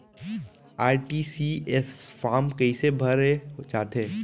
RTGS form कइसे भरे जाथे?